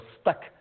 stuck